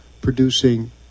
producing